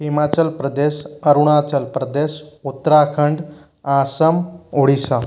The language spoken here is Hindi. हिमाचल प्रदेश अरुणाचल प्रदेश उत्तराखण्ड असम ओडिशा